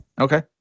Okay